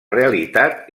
realitat